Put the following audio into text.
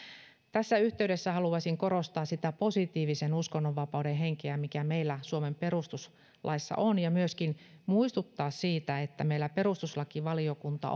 tässä yhteydessä haluaisin korostaa sitä positiivisen uskonnonvapauden henkeä mikä meillä suomen perustuslaissa on ja myöskin muistuttaa siitä että meillä perustuslakivaliokunta